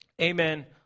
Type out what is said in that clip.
Amen